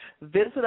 Visit